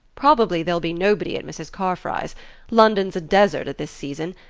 probably there'll be nobody at mrs. carfry's london's a desert at this season,